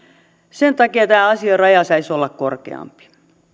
sen takia tämä ansioraja saisi olla korkeampi